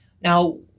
Now